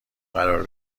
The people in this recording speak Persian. قرار